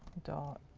dot